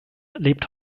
lebt